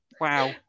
wow